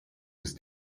ist